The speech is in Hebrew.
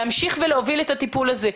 להמשיך ולהוביל את הטיפול הזה.